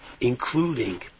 including